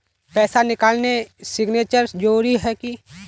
पैसा निकालने सिग्नेचर जरुरी है की?